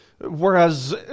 whereas